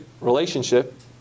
relationship